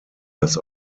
dass